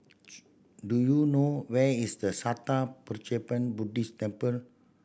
do you know where is the Sattha Buddhist Temple